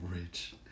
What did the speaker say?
rich